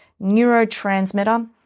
neurotransmitter